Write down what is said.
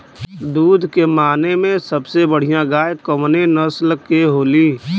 दुध के माने मे सबसे बढ़ियां गाय कवने नस्ल के होली?